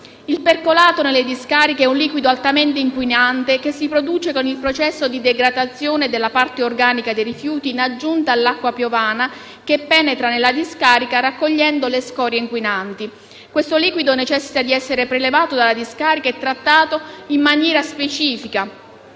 Il percolato nelle discariche è un liquido altamente inquinante, che si produce con il processo di degradazione della parte organica dei rifiuti, in aggiunta all'acqua piovana, che penetra nella discarica raccogliendo le scorie inquinanti. Questo liquido necessita di essere prelevato dalla discarica e trattato in maniera specifica,